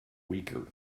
weaker